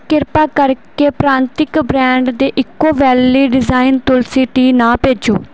ਕਿਰਪਾ ਕਰਕੇ ਪ੍ਰਾਂਤਿਕ ਬ੍ਰਾਂਡ ਦੇ eco valley divine Tulsi tea ਨਾ ਭੇਜੋ